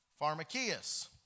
Pharmakias